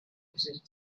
visit